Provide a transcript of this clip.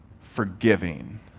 forgiving